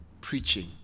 preaching